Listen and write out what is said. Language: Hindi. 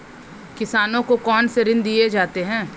किसानों को कौन से ऋण दिए जाते हैं?